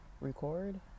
record